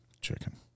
Chicken